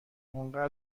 انقدر